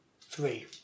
three